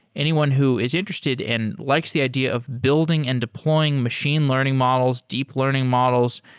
anyone who is interested and likes the idea of building and deploying machine learning models, deep learning models,